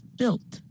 built